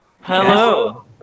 Hello